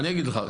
אני אגיד לך.